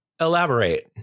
Elaborate